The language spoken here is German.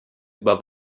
über